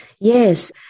Yes